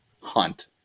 hunt